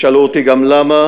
תשאלו אותי גם למה?